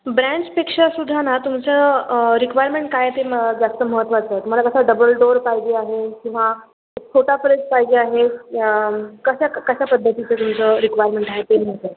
ब्रँड्सपेक्षा सुद्धा ना तुमचं रिक्वायरमेंट काय ते म जास्त महत्त्वाचं आहे मला कसं डबल डोअर पाहिजे आहे किंवा छोटा फ्रीज पाहिजे आहे कशा कशा पद्धतीचं तुमचं रिक्वायरमेंट आहे ते